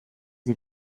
sie